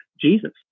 Jesus